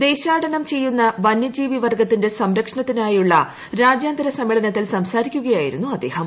ദേശാടനം ചെയ്യുന്ന വന്യജീവി വർഗ്ഗത്തിന്റെ സംരക്ഷണത്തിനായുള്ള രാജ്യാന്തര സമ്മേളനത്തിൽ സംസാരിക്കുകയായിരുന്നു അദ്ദേഹം